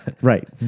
right